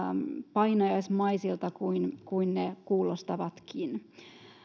painajaismaisilta kuin kuin ne kuulostavatkin